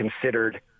considered